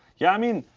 yeah. i mean,